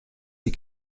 sie